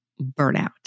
burnout